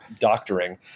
doctoring